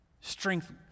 Strength